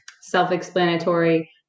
self-explanatory